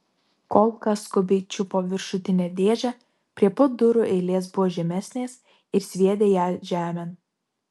kolka skubiai čiupo viršutinę dėžę prie pat durų eilės buvo žemesnės ir sviedė ją žemėn